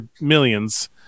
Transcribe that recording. millions